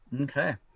Okay